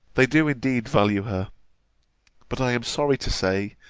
they do indeed value her but, i am sorry to say,